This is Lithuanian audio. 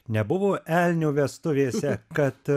nebuvo elnio vestuvėse kad